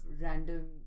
random